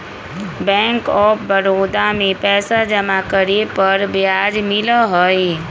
bank of Baroda में पैसा जमा करे पर ब्याज मिला हई